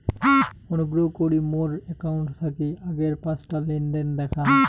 অনুগ্রহ করি মোর অ্যাকাউন্ট থাকি আগের পাঁচটা লেনদেন দেখান